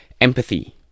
Empathy